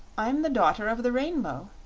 i'm the daughter of the rainbow.